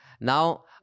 Now